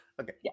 Okay